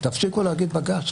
תפסיקו להגיד בג"ץ.